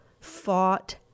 fought